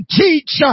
teach